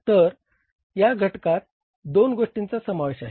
तर या घटकात दोन गोष्टींचा समावेश आहे